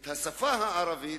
את השפה הערבית,